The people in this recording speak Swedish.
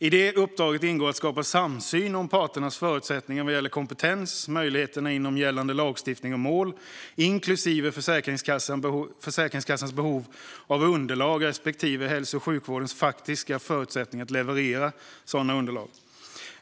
I uppdraget ingår att skapa samsyn om parternas förutsättningar vad gäller kompetens och möjligheterna inom gällande lagstiftning och mål, inklusive Försäkringskassans behov av underlag respektive hälso och sjukvårdens faktiska förutsättningar att leverera sådana underlag.